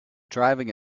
driving